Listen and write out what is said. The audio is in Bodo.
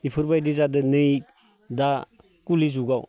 बेफोरबादि जादों नै दा कलि जुगाव